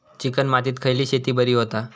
Chicken मातीत खयली शेती बरी होता?